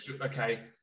okay